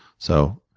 so